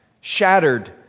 shattered